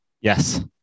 Yes